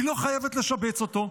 היא לא חייבת לשבץ אותו.